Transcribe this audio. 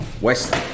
West